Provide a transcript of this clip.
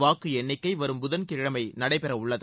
வாக்கு எண்ணிக்கை வரும் புதன் கிழமை நடைபெறவுள்ளது